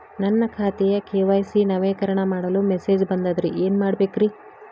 ನನ್ನ ಖಾತೆಯ ಕೆ.ವೈ.ಸಿ ನವೇಕರಣ ಮಾಡಲು ಮೆಸೇಜ್ ಬಂದದ್ರಿ ಏನ್ ಮಾಡ್ಬೇಕ್ರಿ?